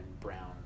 brown